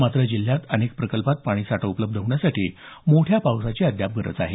मात्र जिल्ह्यात अनेक प्रकल्पांत पाणीसाठा उपलब्ध होण्यासाठी मोठ्या पावसाची गरज आहे